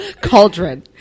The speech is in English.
cauldron